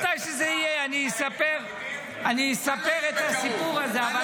מתי שזה יהיה אני אספר, אני אספר את הסיפור הזה.